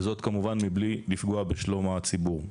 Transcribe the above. וזאת כמובן מבלי לפגוע בשלום הציבור.